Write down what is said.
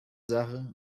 sache